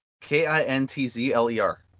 K-I-N-T-Z-L-E-R